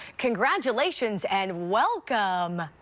congratulations, and welcome!